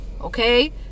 okay